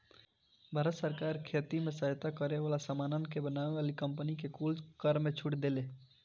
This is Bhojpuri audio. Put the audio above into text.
भारत सरकार खेती में सहायता करे वाला सामानन के बनावे वाली कंपनी कुल के कर में छूट देले